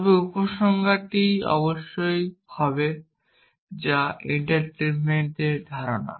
তবে উপসংহারটি অবশ্যই সত্য হবে যা এনটেলমেন্টের ধারণা